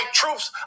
troops